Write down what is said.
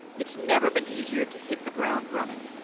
it's never been easier to hit the ground running.